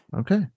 Okay